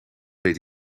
weet